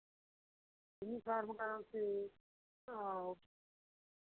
से और